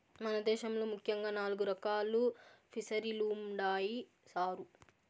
మన దేశంలో ముఖ్యంగా నాలుగు రకాలు ఫిసరీలుండాయి సారు